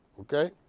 Okay